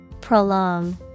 Prolong